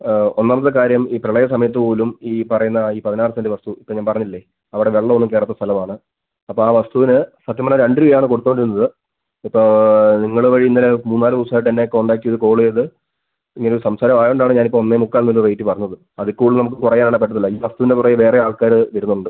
ഒന്നാമത്തെ കാര്യം ഈ പ്രളയ സമയത്ത് പോലും ഈ പറയുന്ന ഈ പതിനാറ് സെൻറ്റ് വസ്തു ഇപ്പം ഞാൻ പറഞ്ഞില്ലേ അവിടെ വെള്ളമൊന്നും കയറാത്ത സ്ഥലവാണ് അപ്പോൾ ആ വസ്തുവിന് സത്യം പറഞ്ഞാൽ രണ്ട് രൂപയാണ് കൊടുത്തോണ്ടിരുന്നത് ഇപ്പോൾ നിങ്ങള് വഴി ഇന്നലെ മൂന്നാല് ദിവസമായിട്ട് തന്നെ കോണ്ടാക്ട് ചെയ്ത് കോൾ ചെയ്ത് ഇങ്ങനെ ഒരു സംസാരമായത് കൊണ്ടാണ് ഞാനിപ്പോൾ ഒന്നേ മുക്കാലിനൊര് റേറ്റ് പറഞ്ഞത് അതിൽ കൂടുതല് നമുക്ക് കുറയാനേ പറ്റത്തില്ല ഈ വസ്തുവിൻ്റെ പുറകെ വേറെ ആൾക്കാര് വരുന്നുണ്ട്